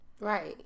Right